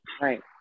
Right